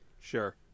Sure